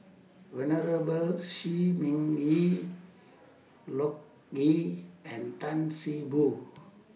Venerable Shi Ming Yi Loke Yew and Tan See Boo